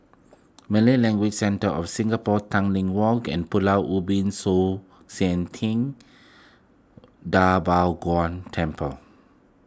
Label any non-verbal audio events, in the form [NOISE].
Malay Language Centre of Singapore Tanglin Walk and Pulau Ubin [UNINTELLIGIBLE] Shan Ting [NOISE] Da Bo Gong Temple